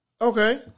Okay